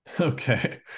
okay